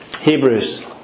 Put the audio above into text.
Hebrews